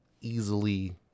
easily